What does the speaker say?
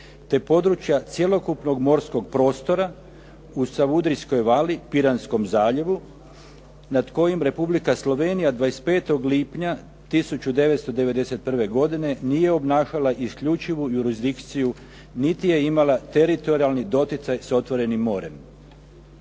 te područja cjelokupnog morskog prostora u Savudrijskoj vali, Piranskom zaljevu nad kojim Republika Slovenija 25. lipnja 1991. godine nije obnašala isključivu jurisdikciju niti je imala teritorijalni doticaj s otvorenim morem.